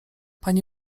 pani